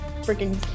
freaking